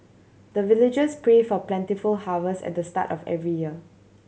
the villagers pray for plentiful harvest at the start of every year